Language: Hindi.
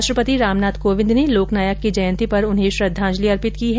राष्ट्रपति रामनाथ कोविंद ने लोकनायक की जयंती पर उन्हें श्रद्वांजलि अर्पित की है